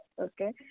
okay